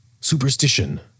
superstition